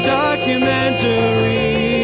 documentary